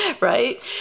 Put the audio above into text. Right